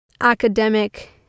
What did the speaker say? academic